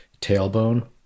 tailbone